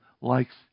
likes